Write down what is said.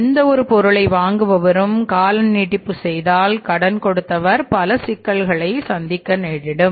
எந்த ஒரு பொருளை வாங்குபவரும் காலநீட்டிப்பு செய்தால் கடன் கொடுத்தவர் பல சிக்கல்களை சந்திக்க நேரிடும்